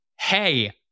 hey